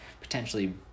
potentially